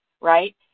right